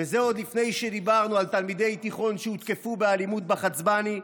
וזה עוד לפני שדיברנו על תלמידי תיכון שהותקפו באלימות בחצבאני,